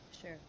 Sure